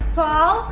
Paul